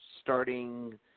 starting